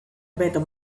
hobeto